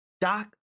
Doc